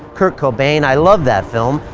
kurt cobain. i love that film,